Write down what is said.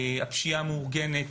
הפשיעה המאורגנת,